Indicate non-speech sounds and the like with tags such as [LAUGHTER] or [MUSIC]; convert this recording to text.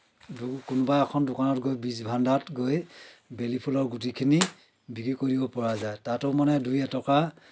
[UNINTELLIGIBLE] কোনোবা এখন দোকানত গৈ বীজ ভাণ্ডাৰত গৈ বেলিফুলৰ গুটিখিনি বিক্ৰী কৰিব পৰা যায় তাতো মানে দুই এটকা